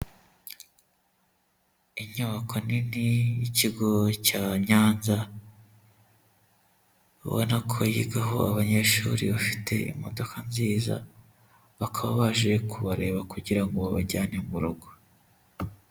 Inyubako nini y'ikigo cya Nyanza, ubona ko yigaho abanyeshuri bafite imodoka nziza, bakaba baje kubareba kugira ngo babajyane mu rugo.